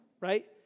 right